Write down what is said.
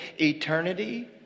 eternity